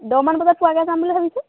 দহমান বজাত পোৱাকৈ যাম বুলি ভাবিছোঁ